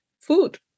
food